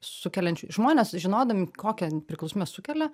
sukeliančių žmonės žinodami kokią priklausomybę sukelia